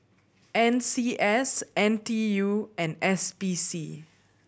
N C S N T U and S P C